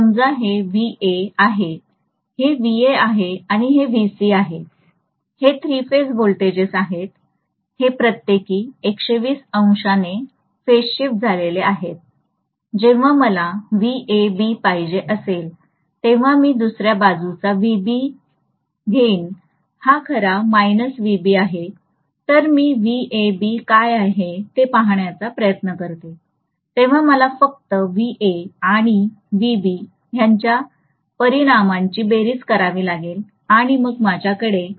समजा हे आहे हे आहे आणि हे आहे हे थ्री फेज व्होल्टेजेस आहेत हे प्रत्येकी ने फेज शिफ्ट झालेले आहेत जेव्हा मला पाहिजे असेल तेव्हा मी दुसऱ्या बाजूचा घेईल हा खरा आहे तर मी काय आहे ते पाहण्याचा प्रयत्न करतो तेव्हा मला फक्त आणि यांच्या परिणामांची बेरीज करावी लागेल आणि मग माझ्याकडे असेल